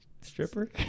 Stripper